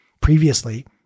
Previously